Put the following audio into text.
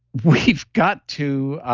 we've got to.